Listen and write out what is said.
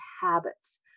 habits